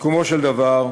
סיכומו של דבר,